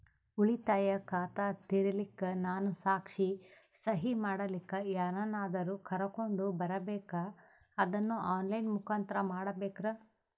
ಉಳಿತಾಯ ಖಾತ ತೆರಿಲಿಕ್ಕಾ ನಾನು ಸಾಕ್ಷಿ, ಸಹಿ ಮಾಡಲಿಕ್ಕ ಯಾರನ್ನಾದರೂ ಕರೋಕೊಂಡ್ ಬರಬೇಕಾ ಅದನ್ನು ಆನ್ ಲೈನ್ ಮುಖಾಂತ್ರ ಮಾಡಬೇಕ್ರಾ?